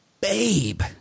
babe